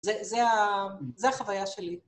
‫זה החוויה שלי.